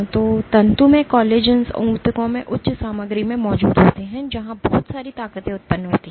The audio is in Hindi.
तो तंतुमय कोलाजेंस उन ऊतकों में उच्च सामग्री में मौजूद होते हैं जहां बहुत सारी ताकतें उत्पन्न होती हैं